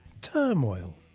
Turmoil